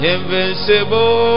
Invincible